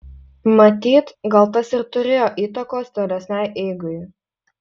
matyt gal tas ir turėjo įtakos tolesnei eigai